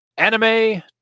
Anime